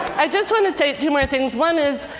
i just want to say two more things. one is,